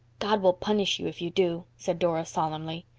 god will punish you if you do, said dora solemnly.